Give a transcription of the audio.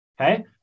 Okay